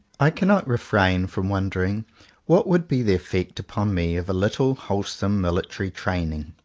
i cannot refrain from wondering what would be the effect upon me of a little wholesome military training.